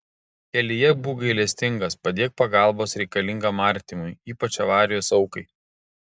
kelyje būk gailestingas padėk pagalbos reikalingam artimui ypač avarijos aukai